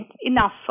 enough